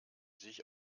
sich